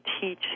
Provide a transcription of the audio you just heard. teach